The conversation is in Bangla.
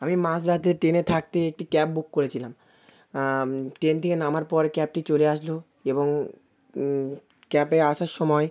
আমি মাঝরাতে ট্রেনে থাকতে একটি ক্যাব বুক করেছিলাম ট্রেন থেকে নামার পর ক্যাবটি চলে আসলো এবং ক্যাবে আসার সময়